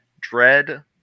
dread